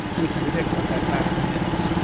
we can predict what that pattern is.